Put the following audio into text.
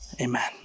amen